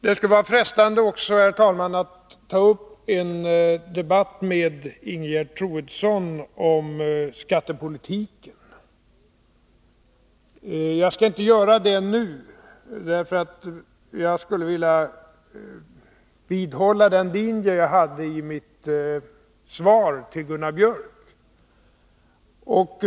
Det skulle vara frestande, herr talman, att ta upp en debatt med Ingegerd Troedsson om skattepolitiken. Jag skall inte göra det nu, därför att jag vill vidhålla den linje jag hade i mitt svar till Gunnar Biörck.